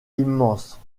immense